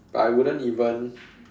but I wouldn't even